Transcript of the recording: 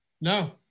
No